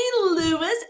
Lewis